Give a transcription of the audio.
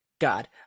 God